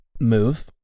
move